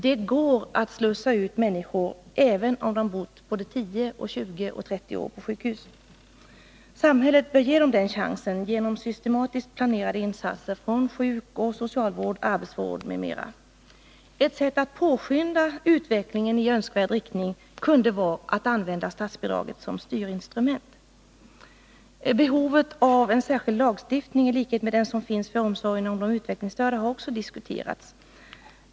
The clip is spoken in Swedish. Det går att slussa ut människor även om de bott 10 eller 20 eller 30 år på sjukhus. Samhället bör ge dem den chansen genom systematiskt planerade insatser av sjukoch socialvård, arbetsvård m.m. Ett sätt att påskynda utvecklingen i önskvärd riktning kunde vara att använda statsbidraget som styrinstrument. Behovet av en särskild lagstiftning i likhet med den som finns för omsorgen om de utvecklingsstörda har diskuterats.